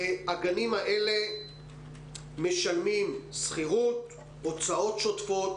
הגנים האלה משלמים שכירות, הוצאות שוטפות.